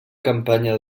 campanya